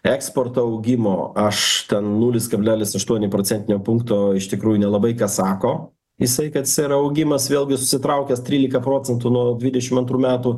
eksporto augimo aš ten nulis kablelisaštuoni procentinio punkto iš tikrųjų nelabai ką sako jisai kad sera augimas vėlgi susitraukęs trylika proc nuo dvidešimt antrų metų